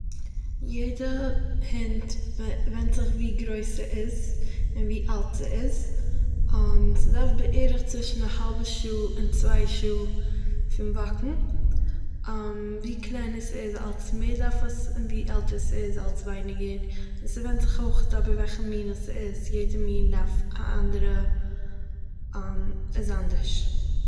יעדער הונט ווענט זיך ווי גרויס ס'איז און ווי אלט ס'איז, ס'דארף בערך צווישן א האלבע שעה און צוויי שעה פון וואקן ווי קלענער ס'איז אלץ מער דארף עס און ווי עלטער ס'איז אלץ ווייניגער און ס'ווענדט זיך אויך אבער וועכע מינע ס'איז יעדער מין דארף א אנדערע איז אנדערש.